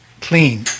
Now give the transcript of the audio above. clean